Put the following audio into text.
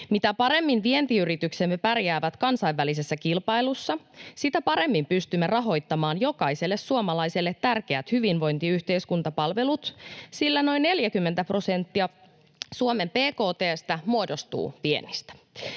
Mitä paremmin vientiyrityksemme pärjäävät kansainvälisessä kilpailussa, sitä paremmin pystymme rahoittamaan jokaiselle suomalaiselle tärkeät hyvinvointiyhteiskuntapalvelut, sillä noin 40 prosenttia Suomen bkt:stä muodostuu viennistä.